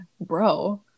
bro